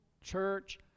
church